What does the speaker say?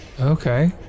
Okay